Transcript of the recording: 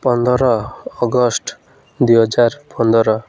ପନ୍ଦର ଅଗଷ୍ଟ ଦୁଇହଜାର ପନ୍ଦର